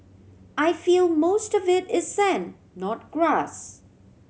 I feel most of it is sand not grass